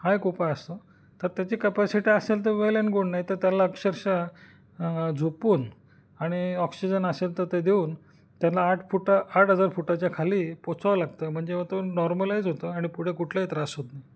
हा एक उपाय असतो तर त्याची कॅपॅसिटी असेल तर वेल अँड गुड नाही तर त्याला अक्षरश झोपवून आणि ऑक्सिजन असेल तर ते देऊन त्याला आठ फुटा आठ हजार फुटाच्या खाली पोचवावं लागतं म्हणजे मग तो नॉर्मलाईज होतो आणि पुढे कुठलाही त्रास होत नाही